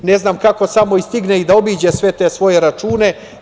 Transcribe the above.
Ne znam kako stigne da obiđe sve te svoje račune.